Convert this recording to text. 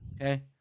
Okay